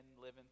living